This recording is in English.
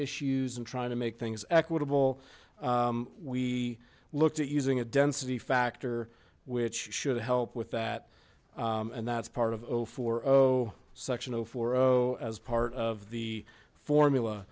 issues and trying to make things equitable we looked at using a density factor which should help with that and that's part of the four section of the four as part of the formula